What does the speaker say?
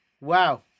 Wow